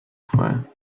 frei